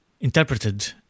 interpreted